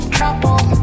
Trouble